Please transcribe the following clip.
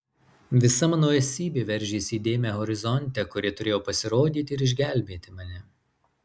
visa mano esybė veržėsi į dėmę horizonte kuri turėjo pasirodyti ir išgelbėti mane